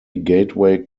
gateway